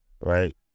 right